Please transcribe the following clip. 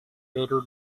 peru